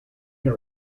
your